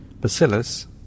bacillus